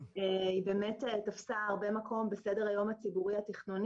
שבאמת תפסה הרבה מקום בסדר היום הציבורי-התכנוני,